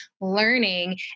learning